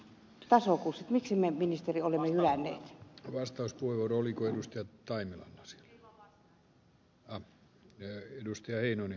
tasokurssit miksi me ministeri ole millään ei vastaus kuuluu rooli korostuu toinen asia on olemme hylänneet ne